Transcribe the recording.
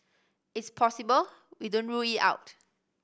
it's possible we don't rule it out